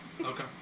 Okay